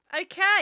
Okay